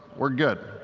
we're good.